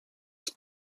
ist